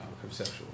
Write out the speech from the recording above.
conceptual